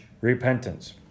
repentance